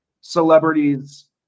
celebrities